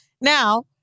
Now